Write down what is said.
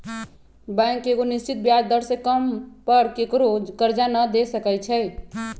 bank एगो निश्चित ब्याज दर से कम पर केकरो करजा न दे सकै छइ